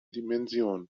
dimension